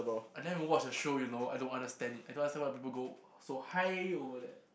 I never watch the show you know I don't understand it I don't understand why people go so high over that